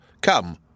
Come